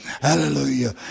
hallelujah